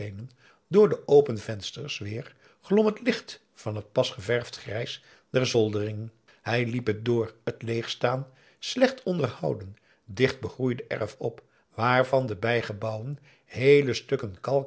door de open vensters weer glom het licht van het pas geverfd grijs der zoldering hij liep het door t leeg staan slecht onderhouden dicht begroeide erf op waar van de bijgebouwen heele stukken